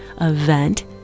event